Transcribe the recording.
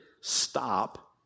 stop